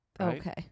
Okay